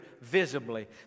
visibly